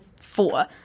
four